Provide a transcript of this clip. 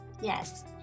Yes